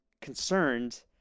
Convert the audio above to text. concerned